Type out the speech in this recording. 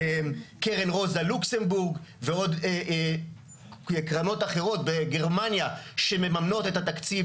קרן רוזה לוקסמבורג ועוד קרנות אחרות בגרמניה שמממנות את תקציב